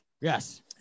Yes